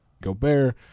Gobert